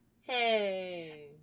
Hey